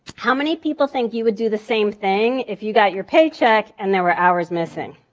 how many people think you would do the same thing if you got your paycheck and there were hours missing.